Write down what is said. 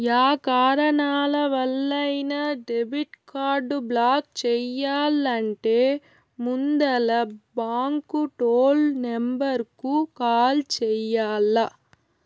yeah కారణాలవల్లైనా debit card block చెయ్యాలంటే ముందల బాంకు టోల్ నెంబరుకు కాల్ చెయ్యాల్ల